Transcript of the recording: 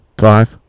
five